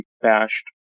bashed